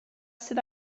sydd